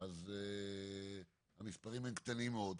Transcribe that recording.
אז המספרים קטנים מאוד.